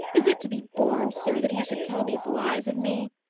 is it to be borne, sir, that he should tell these lies of me?